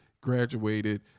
graduated